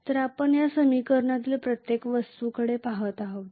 तर आपण या समीकरणातील प्रत्येक वस्तूंकडे पहात आहोत